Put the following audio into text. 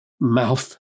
mouth